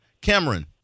Cameron